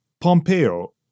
Pompeo